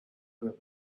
him